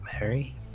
Mary